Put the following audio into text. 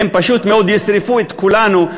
הן פשוט מאוד ישרפו את כולנו,